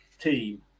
team